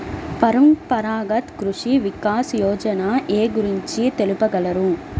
పరంపరాగత్ కృషి వికాస్ యోజన ఏ గురించి తెలుపగలరు?